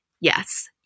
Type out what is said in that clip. yes